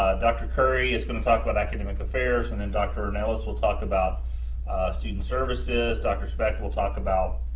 dr. curry is going to talk about academic affairs, and then dr. and and ornelas will talk about student services. dr. specht will talk about